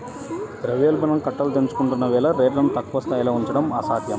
ద్రవ్యోల్బణం కట్టలు తెంచుకుంటున్న వేళ రేట్లను తక్కువ స్థాయిలో ఉంచడం అసాధ్యం